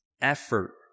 effort